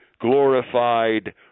glorified